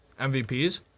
MVPs